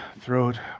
throat